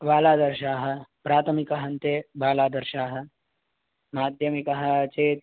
बालादर्शाः प्राथमिकहन्ते बालादर्शाः माध्यमिकः चेत्